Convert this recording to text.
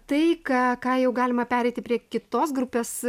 tai ką ką jau galima pereiti prie kitos grupės